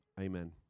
Amen